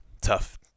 Tough